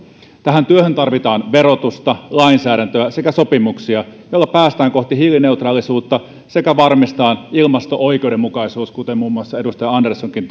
tähän työhön tarvitaan verotusta lainsäädäntöä sekä sopimuksia joilla päästään kohti hiilineutraalisuutta sekä varmistetaan ilmasto oikeudenmukaisuus kuten muun muassa edustaja anderssonkin